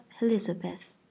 Elizabeth